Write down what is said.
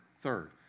third